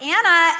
Anna